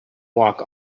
walk